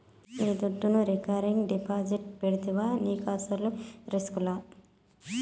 నీ దుడ్డును రికరింగ్ డిపాజిట్లు పెడితివా నీకస్సలు రిస్కులా